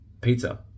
pizza